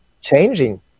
changing